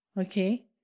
okay